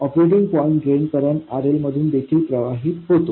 operating point drain current RL मधून देखील देखील प्रवाहित होतो